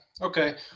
okay